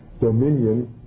Dominion